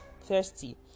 thirsty